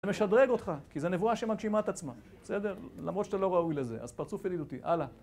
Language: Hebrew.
זה משדרג אותך, כי זו נבואה שמגשימה את עצמה, בסדר? למרות שאתה לא ראוי לזה, אז פרצוף ידידותי, הלאה.